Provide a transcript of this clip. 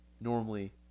normally